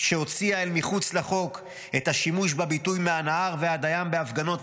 שהוציאה אל מחוץ לחוק את השימוש בביטוי "מהנהר ועד הים" בהפגנות,